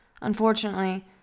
Unfortunately